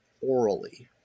orally